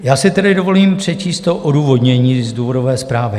Já si tedy dovolím přečíst to odůvodnění z důvodové zprávy.